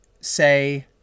say